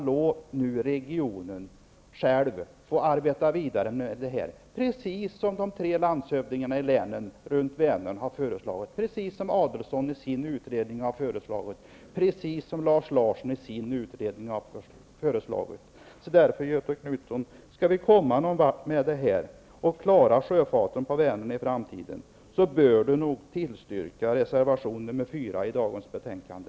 Låt nu regionen själv arbeta vidare med detta. Det är precis vad de tre landshövdingarna i länen runt Vänern har föreslagit, vad Ulf Adelsohn i sin utredning har föreslagit och vad Lars Larsson föreslår i sin utredning. Om vi skall komma någon vart med detta, Göthe Knutson, och klara sjöfarten på Vänern i framtiden, bör Göthe Knutson tillstyrka reservation nr 4 till detta betänkande.